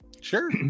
Sure